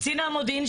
קצין המודיעין,